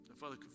Father